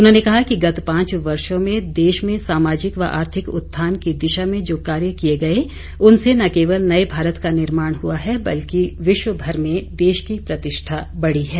उन्होंने कहा कि गत पांच वर्षों में देश में सामाजिक व आर्थिक उत्थान की दिशा में जो कार्य किए गए उनसे न केवल नए भारत का निर्माण हुआ बल्कि विश्वभर में देश की प्रतिष्ठा बढ़ी है